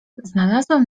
znalazłem